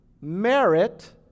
merit